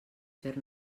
fer